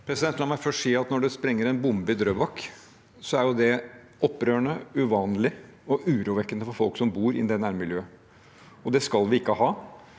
La meg først si at når det sprenger en bombe i Drøbak, er det opprørende, uvanlig og urovekkende for folk som bor i nærmiljøet. Det skal vi ikke ha,